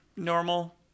Normal